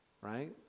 right